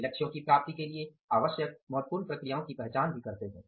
वे लक्ष्यों की प्राप्ति के लिए आवश्यक महत्वपूर्ण प्रक्रियाओं की पहचान भी करते हैं